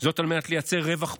על מנת לייצר רווח פוליטי,